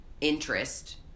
interest